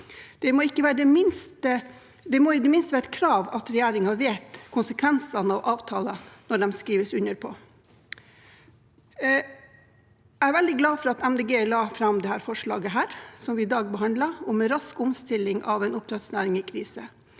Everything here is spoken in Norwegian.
Det må i det minste være et krav at regjeringen vet konsekvensene av avtaler når de skrives under på. Jeg er veldig glad for at Miljøpartiet De Grønne la fram det forslaget vi i dag behandler, om rask omstilling av en oppdrettsnæring i krise.